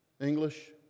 English